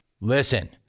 Listen